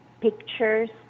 pictures